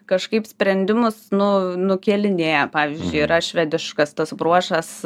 kažkaip sprendimus nu nukėlinėja pavyzdžiui yra švediškas tas bruožas